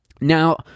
now